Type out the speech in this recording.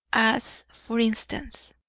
as, for instance